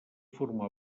formà